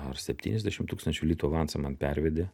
ar septyniasdešim tūkstančių litų avansą man pervedė